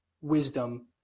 wisdom